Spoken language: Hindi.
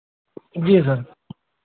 जी सर